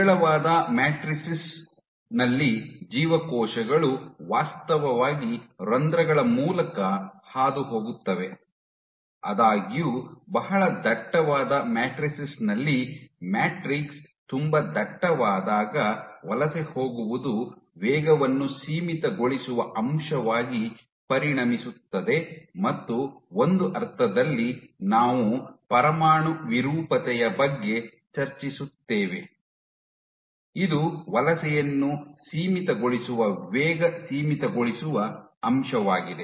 ವಿರಳವಾದ ಮ್ಯಾಟ್ರಿಸೈಸ್ ನಲ್ಲಿ ಜೀವಕೋಶಗಳು ವಾಸ್ತವವಾಗಿ ರಂಧ್ರಗಳ ಮೂಲಕ ಹಾದುಹೋಗುತ್ತವೆ ಆದಾಗ್ಯೂ ಬಹಳ ದಟ್ಟವಾದ ಮ್ಯಾಟ್ರಿಸೈಸ್ ನಲ್ಲಿ ಮ್ಯಾಟ್ರಿಕ್ಸ್ ತುಂಬಾ ದಟ್ಟವಾದಾಗ ವಲಸೆ ಹೋಗುವುದು ವೇಗವನ್ನು ಸೀಮಿತಗೊಳಿಸುವ ಅಂಶವಾಗಿ ಪರಿಣಮಿಸುತ್ತದೆ ಮತ್ತು ಒಂದು ಅರ್ಥದಲ್ಲಿ ನಾವು ಪರಮಾಣು ವಿರೂಪತೆಯ ಬಗ್ಗೆ ಚರ್ಚಿಸುತ್ತೇವೆ ಇದು ವಲಸೆಯನ್ನು ಸೀಮಿತಗೊಳಿಸುವ ವೇಗ ಸೀಮಿತಗೊಳಿಸುವ ಅಂಶವಾಗಿದೆ